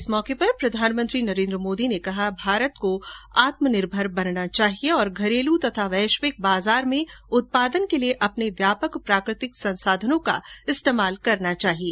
इस मौके पर प्रधानमंत्री नरेन्द्र मोदी ने कहा है कि भारत को आत्मनिर्भर बनना चाहिये और घरेलू तथा वैश्विक बाजार में उत्पादन के लिये अपने व्यापक प्राकृतिक संसाधनों का इस्तेमाल करना चाहिये